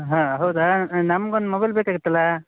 ಹಾಂ ಹೌದಾ ನಮ್ಗೆ ಒಂದು ಮೊಬೈಲ್ ಬೇಕಾಗಿತ್ತಲ್ಲಾ